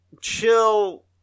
chill